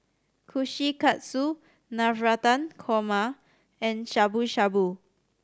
Kushikatsu Navratan Korma and Shabu Shabu